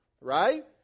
right